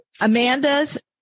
Amanda's